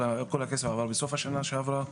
כל הכסף עבר בסוף השנה שעברה,